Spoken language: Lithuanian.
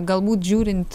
galbūt žiūrint